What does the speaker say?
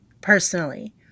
personally